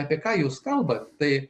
apie ką jūs kalbate tai